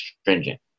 stringent